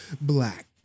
black